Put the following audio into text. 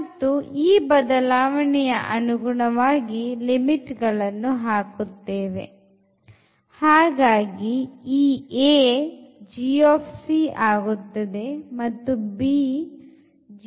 ಮತ್ತು ಈ ಬದಲಾವಣೆಯ ಅನುಗುಣವಾಗಿ ಲಿಮಿಟ್ ಗಳನ್ನು ಹಾಕುತ್ತೇನೆ ಹಾಗಾಗಿ ಈ a ಆಗುತ್ತದೆ b ಆಗುತ್ತದೆ